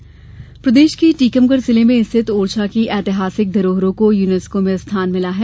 ओरछा धरोहर प्रदेश के टीकमगढ़ जिले में स्थित ओरछा की ऐतिहासिक धरोहरों को यूनेस्को में स्थान मिला है